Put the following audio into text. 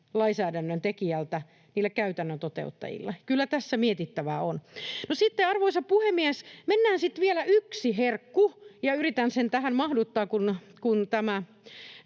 lainsäädännön tekijältä niille käytännön toteuttajille? Kyllä tässä mietittävää on. No sitten, arvoisa puhemies, mennään vielä yksi herkku, ja yritän sen tähän mahduttaa, kun tämä